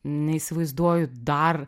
neįsivaizduoju dar